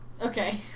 Okay